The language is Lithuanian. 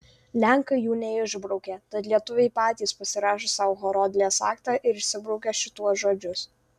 lenkai jų neišbraukė tad lietuviai patys pasirašo sau horodlės aktą ir išsibraukia šituos žodžius